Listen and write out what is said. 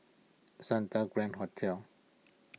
Santa Grand Hotel